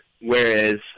whereas